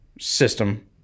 system